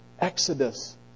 Exodus